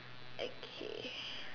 okay